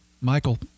Michael